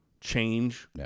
change